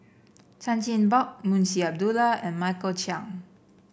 Chan Chin Bock Munshi Abdullah and Michael Chiang